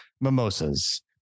mimosas